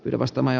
ylväs tämä